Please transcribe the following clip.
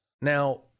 Now